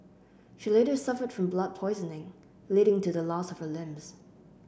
she later suffered from blood poisoning leading to the loss of her limbs